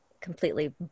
completely